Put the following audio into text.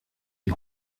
die